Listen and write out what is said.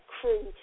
crew